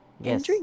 yes